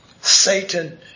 Satan